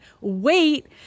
wait